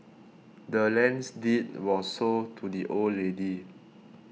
the land's deed was sold to the old lady